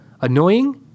Annoying